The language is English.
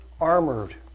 armored